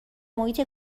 محیط